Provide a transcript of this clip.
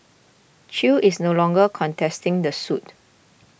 chew is no longer contesting the suit